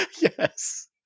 Yes